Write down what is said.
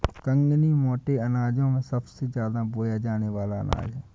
कंगनी मोटे अनाजों में सबसे ज्यादा बोया जाने वाला अनाज है